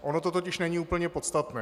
Ono to totiž není úplně podstatné.